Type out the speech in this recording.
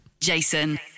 Jason